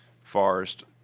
Forest